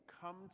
come